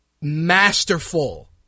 masterful